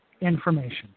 information